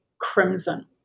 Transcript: crimson